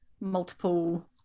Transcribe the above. multiple